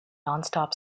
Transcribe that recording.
nonstop